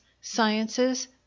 sciences